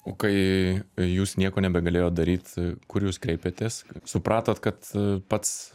o kai jūs nieko nebegalėjot daryt kur jūs kreipėtės supratot kad pats